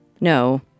No